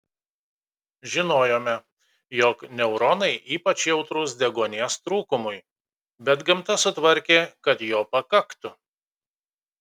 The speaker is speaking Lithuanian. žinojome jog neuronai ypač jautrūs deguonies trūkumui bet gamta sutvarkė kad jo pakaktų